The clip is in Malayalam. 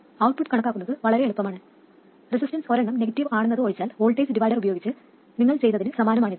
ഔട്ട്പുട്ട് കണക്കാക്കുന്നത് വളരെ എളുപ്പമാണ് റെസിസ്റ്റൻസ് ഒരെണ്ണം നെഗറ്റീവ് ആണെന്നത് ഒഴിച്ചാൽ വോൾട്ടേജ് ഡിവൈഡർ ഉപയോഗിച്ച് നിങ്ങൾ ചെയ്തതിന് സമാനമാണ് ഇത്